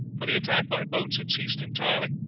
for the attack by boats had ceased entirely,